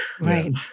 right